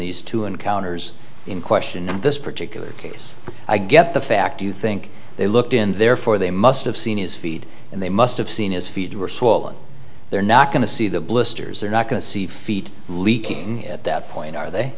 these two encounters in question in this particular case i get the fact you think they looked in therefore they must have seen his feet and they must have seen his feet were swollen they're not going to see the blisters they're not going to see feet leaking at that point are they